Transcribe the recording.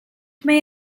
roedd